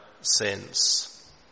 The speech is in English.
sins